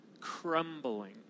crumbling